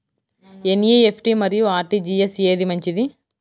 NEFT మరియు RTGS ఏది మంచిది?